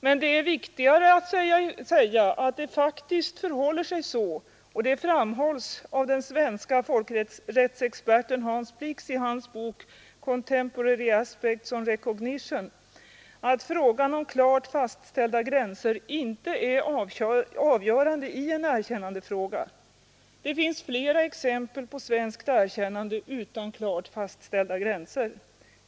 Men viktigare är att det faktiskt förhåller sig så — och det fram hålles av den svenske folkrättsexperten Hans Blix i hans bok Contemporary aspects on recognition — att frågan om klart fastställda gränser inte är avgörande i erkännandefrågan. Det finns flera exempel på svenskt erkännande utan klart fastställda gränser.